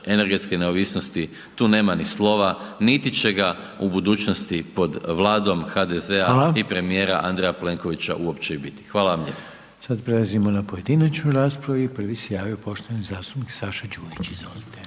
energetske neovisnosti, tu nema slova niti će ga u budućnosti pod Vladom HDZ-a i premijera Andreja Plenkovića uopće i biti. Hvala vam lijepa. **Reiner, Željko (HDZ)** Sad prelazimo na pojedinačnu raspravu i prvi se javio poštovani zastupnik Saša Đujić, izvolite.